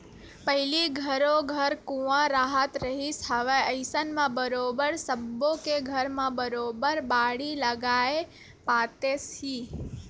पहिली घरो घर कुँआ राहत रिहिस हवय अइसन म बरोबर सब्बो के घर म बरोबर बाड़ी लगाए पातेस ही